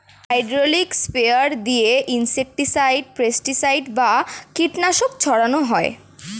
hydraulic sprayer দিয়ে insecticide, pesticide বা কীটনাশক ছড়ান হয়